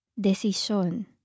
Decision